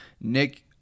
Nick